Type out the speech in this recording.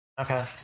Okay